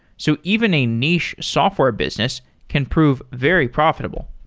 so even a niche software business can prove very profitable.